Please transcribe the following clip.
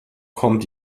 kommt